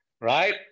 right